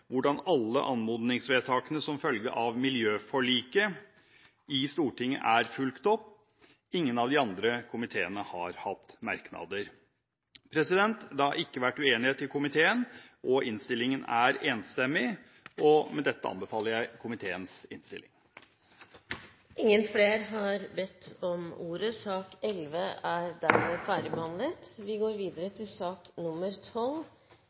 hvordan alle anmodningsvedtakene som følge av miljøforliket i Stortinget, er fulgt opp. Ingen av de andre komiteene har hatt merknader. Det har ikke vært uenighet i komiteen, og innstillingen er enstemmig. Med dette anbefaler jeg komiteens innstilling. Flere har ikke bedt om ordet til sak nr. 11. Offentlig sektor er